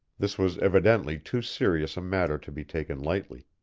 this was evidently too serious a matter to be taken lightly.